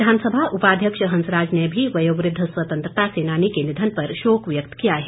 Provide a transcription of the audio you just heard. विधानसभा उपाध्यक्ष हंसराज ने भी वयोवृद्ध स्वतंत्रता सैनानी के निधन पर शोक व्यक्त किया है